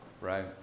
Right